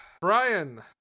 brian